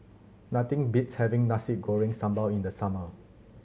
nothing beats having Nasi Goreng Sambal in the summer